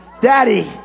Daddy